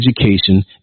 education